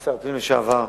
כשר פנים לשעבר,